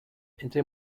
entre